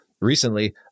recently